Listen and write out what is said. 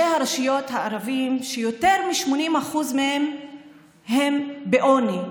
הרשויות הערביות, יותר מ-80% מהן בעוני.